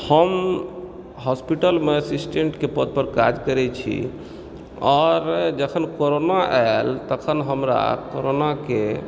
हम हॉस्पिटलमे असिस्टेंटकऽ पद पर काज करय छी आओर जखन करोना आइलि तखन हमरा करोनाके